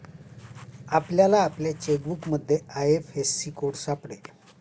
आपल्याला आपल्या चेकबुकमध्ये आय.एफ.एस.सी कोड सापडेल